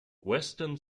western